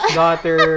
daughter